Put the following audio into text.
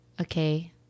Okay